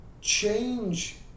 change